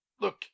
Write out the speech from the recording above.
Look